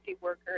worker